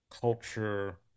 culture